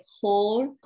whole